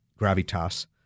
gravitas